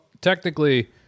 technically